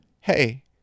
Hey